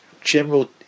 general